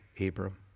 Abram